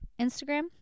Instagram